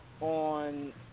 on